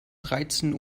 dreizehn